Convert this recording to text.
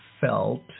felt